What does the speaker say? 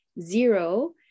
zero